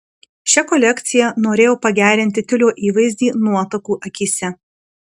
šia kolekcija norėjau pagerinti tiulio įvaizdį nuotakų akyse